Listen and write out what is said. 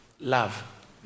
love